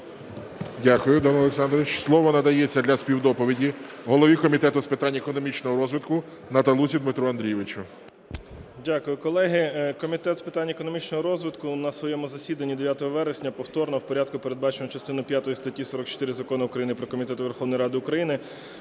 Дякую, Данило Олександрович. Слово надається для співдоповіді голові Комітету з питань економічного розвитку Наталусі Дмитру Андрійовичу. 11:55:15 НАТАЛУХА Д.А. Дякую, колеги. Комітет з питань економічного розвитку на своєму засіданні 9 вересня повторно, в порядку, передбаченому частиною п'ятою статті 44 Закону України "Про комітети Верховної Ради України",